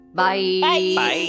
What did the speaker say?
Bye